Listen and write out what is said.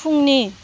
फुंनि